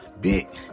bit